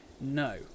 No